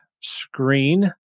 screen